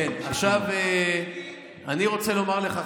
עכשיו אני רוצה לומר לך,